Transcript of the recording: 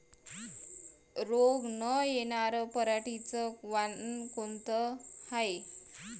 रोग न येनार पराटीचं वान कोनतं हाये?